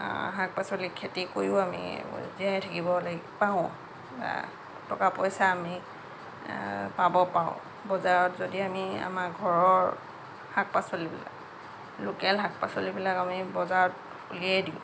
শাক পাচলি খেতি কৰিও আমি জীয়াই থাকিব লাগি পাৰোঁ টকা পইচা আমি পাব পাৰোঁ বজাৰত যদি আমি আমাৰ ঘৰৰ শাক পাচলিবিলাক লোকেল শাক পাচলিবিলাক আমি বজাৰত উলিয়াই দিওঁ